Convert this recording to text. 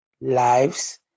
lives